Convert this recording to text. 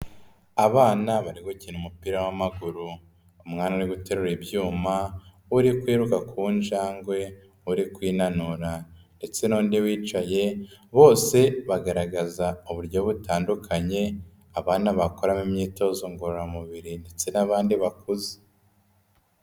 Abana bari gukina umupira w'amaguru, umwana uri guriterura ibyuma, uri kwiruka ku njangwe, uri kwinanura ndetse n'undi wicaye, bose bagaragaza uburyo butandukanye abana bakoramo imyitozo ngororamubiri ndetse n'abandi bakuze.